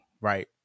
right